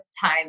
time